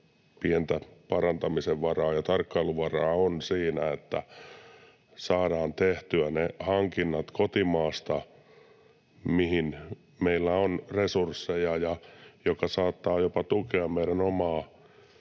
pientä parantamisen varaa ja tarkkailuvaraa on siinä, että saadaan tehtyä kotimaasta ne hankinnat, mihin meillä on resursseja, mikä saattaa jopa tukea meidän omaa